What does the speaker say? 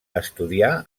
estudià